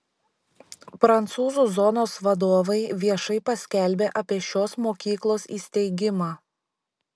prancūzų zonos vadovai viešai paskelbė apie šios mokyklos įsteigimą